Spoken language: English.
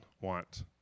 want